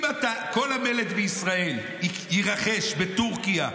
אם כל המלט בישראל יירכש בטורקיה,